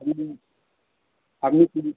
আপনি কী